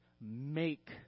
make